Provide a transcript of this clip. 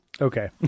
Okay